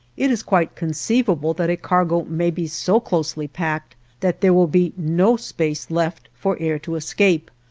it is quite conceivable that a cargo may be so closely packed that there will be no space left for air to escape,